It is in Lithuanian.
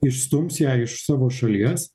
išstums ją iš savo šalies